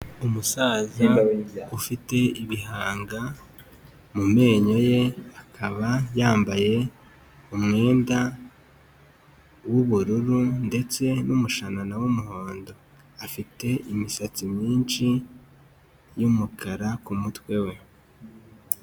Umusaza ufite ibihanga mu menyo ye, akaba yambaye umwenda w'ubururu ndetse n'umushanana w'umuhondo. Afite imisatsi myinshi y'umukara ku mutwe we.